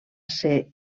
ser